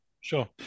Sure